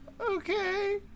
Okay